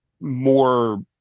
more